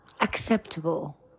Acceptable